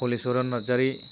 Halicharan Narzary